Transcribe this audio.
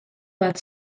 bat